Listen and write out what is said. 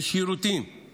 ושירותים בתוך המסגרת,